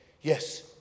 yes